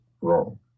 wrong